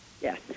Yes